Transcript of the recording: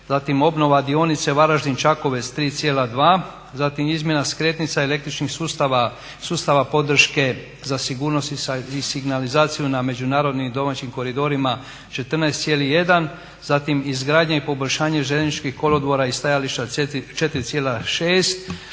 Zatim obnova dionice Varaždin – Čakovec 3,2, zatim izmjena skretnica električnih sustava podrške za sigurnost i signalizaciju na međunarodnim i domaćim koridorima 14,1. Zatim izgradnja i poboljšanje željezničkih kolodvora i stajališta 4,6.